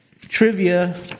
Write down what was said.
trivia